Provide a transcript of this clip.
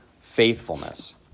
faithfulness